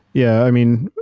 yeah. i mean,